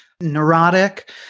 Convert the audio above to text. Neurotic